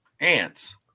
Ants